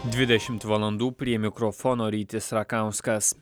dvidešimt valandų prie mikrofono rytis rakauskas